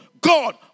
God